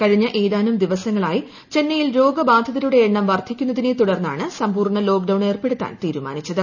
കഴിഞ്ഞ ഏതാനും ദിവസങ്ങളായി ചെന്നൈയിൽ രോഗബാധിതരുടെ എണ്ണം വർദ്ധിക്കുന്നതിനെ തുടർന്നാണ് സമ്പൂർണ്ണ ലോക്ഡൌൺ ഏർപ്പെടുത്താൻ തീരുമാനിച്ചത്